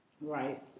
Right